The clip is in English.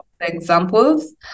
examples